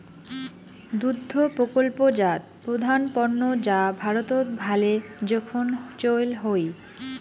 দুগ্ধ প্রকল্পজাত প্রধান পণ্য যা ভারতত ভালে জোখন চইল হই